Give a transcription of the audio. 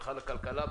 ברכה לכלכלה,